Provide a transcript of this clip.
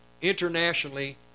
internationally